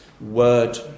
Word